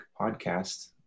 podcast